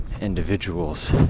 individuals